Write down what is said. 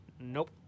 Nope